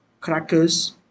crackers